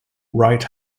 right